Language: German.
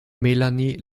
melanie